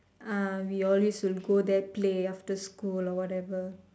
ah we always will go there play after school or whatever